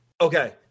Okay